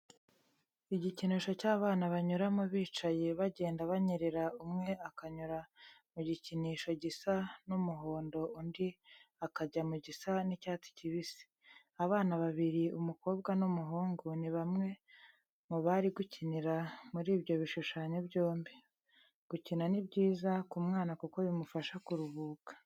Igikinisho cy'abana banyuramo bicaye bagenda banyerera umwe akanyura mu gikinisho gisa n'umuhondo undi akajya mu gisa n'icyatsi kibisi. Abana babiri umukobwa n'umuhungu ni bamwe mu bari gukinira muri ibyo bishushanyo byombi. Gukina ni byiza k'umwana kuko bimufasha kuruhuka.